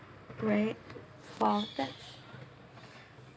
right for that